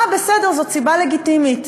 בסדר, זאת סיבה לגיטימית.